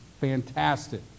fantastic